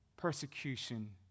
persecution